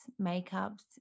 makeups